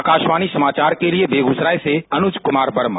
आकाशवाणी समाचार के लिए बेगूसराय से अनुज कुमार सिन्हा